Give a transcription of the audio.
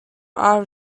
are